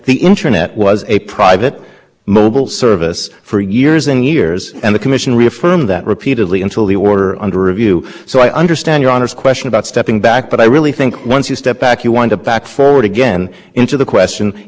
years and the commission reaffirmed that repeatedly until the or under review so i understand your honor's question about stepping back but i really think once you step back you want to back forward again into the question is this interconnected with the public switch network and on that point the